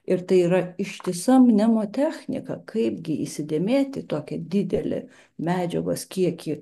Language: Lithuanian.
ir tai yra ištisa nemotechnika kaipgi įsidėmėti tokį didelį medžiagos kiekį